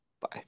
Bye